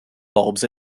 bulbs